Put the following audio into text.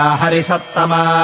harisattama